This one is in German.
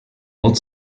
nord